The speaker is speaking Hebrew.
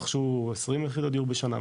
רכשו 20 יחידות דיור בשנה,